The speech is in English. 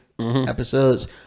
episodes